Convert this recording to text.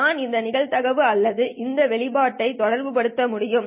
நான் இந்த நிகழ்தகவு அல்லது இந்த வெளிப்பாட்டை தொடர்புபடுத்த முடியும்